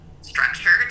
structured